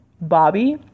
Bobby